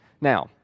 Now